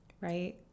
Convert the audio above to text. Right